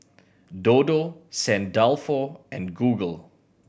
Dodo Saint Dalfour and Google